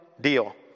deal